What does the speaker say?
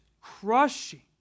crushing